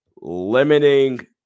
limiting –